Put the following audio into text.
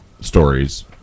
stories